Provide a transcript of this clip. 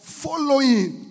following